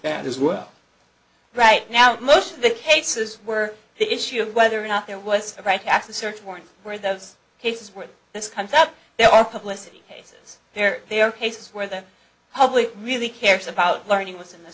that as well right now most of the cases were the issue of whether or not there was a right as the search warrant where those cases where this comes up there are publicity cases where they are cases where the public really cares about learning what's in the